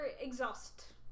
exhaust